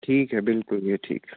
ठीक है बिलकुल ये ठीक है